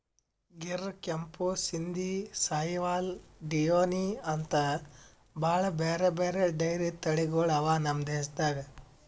ಗಿರ್, ಕೆಂಪು ಸಿಂಧಿ, ಸಾಹಿವಾಲ್, ಡಿಯೋನಿ ಅಂಥಾ ಭಾಳ್ ಬ್ಯಾರೆ ಬ್ಯಾರೆ ಡೈರಿ ತಳಿಗೊಳ್ ಅವಾ ನಮ್ ದೇಶದಾಗ್